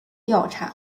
调查